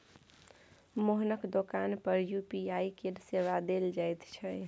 मोहनक दोकान पर यू.पी.आई केर सेवा देल जाइत छै